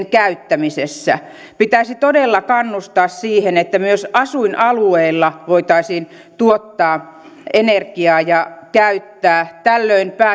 käyttämisessä pitäisi todella kannustaa siihen että myös asuinalueilla voitaisiin tuottaa ja käyttää energiaa tällöin